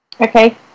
Okay